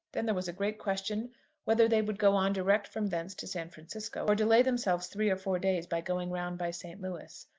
then there was a great question whether they would go on direct from thence to san francisco, or delay themselves three or four days by going round by st. louis.